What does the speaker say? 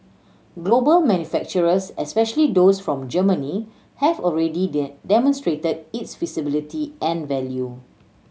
global manufacturers especially those from Germany have already demonstrated its feasibility and value